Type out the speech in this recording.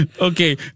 Okay